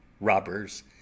robbers